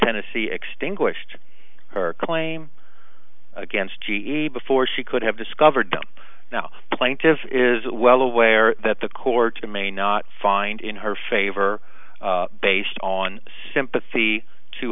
tennessee extinguished her claim against g e before she could have discovered them now plaintiffs is well aware that the court may not find in her favor based on sympathy to